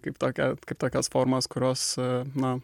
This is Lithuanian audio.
kaip tokią kaip tokias formas kurios na